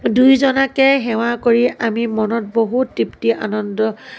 দুইজনাকে সেৱা কৰি আমি মনত বহুত তৃপ্তি আনন্দ